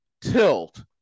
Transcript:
tilt